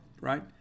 right